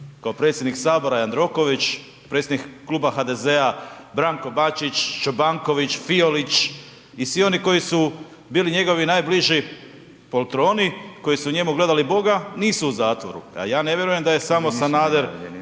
kao predsjednik Sabora Jandroković, predsjednik Kluba HDZ-a Branko Bačić, Čobanković, Fiolić i svi oni koji su bili njegovi najbliži poltroni koji su u njemu gledali Boga, nisu u zatvoru. A ja ne vjerujem da je samo Sanader